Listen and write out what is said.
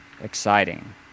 exciting